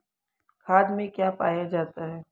खाद में क्या पाया जाता है?